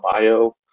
bio